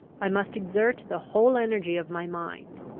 i must exert the whole energy of my mind,